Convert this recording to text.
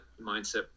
mindset